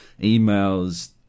emails